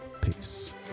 Peace